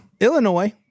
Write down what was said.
Illinois